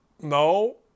No